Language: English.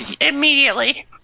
Immediately